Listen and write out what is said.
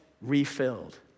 refilled